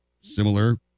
similar